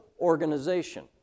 organization